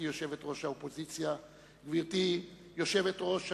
גברתי יושבת-ראש האופוזיציה,